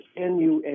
NUA